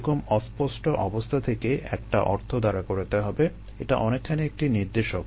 এ রকম অস্পষ্ট অবস্থা থেকেই একটা অর্থ দাঁড়া করাতে হবে এটা অনেকখানি একটি নির্দেশক